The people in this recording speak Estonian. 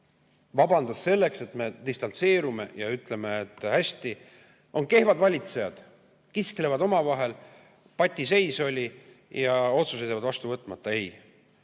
Vabandus selleks, et me distantseerume ja ütleme, et hästi, on kehvad valitsejad, kisklevad omavahel, patiseis on olnud ja otsused jäävad vastu võtmata. Ei,